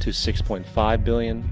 to six point five billion.